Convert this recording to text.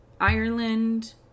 Ireland